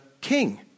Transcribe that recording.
king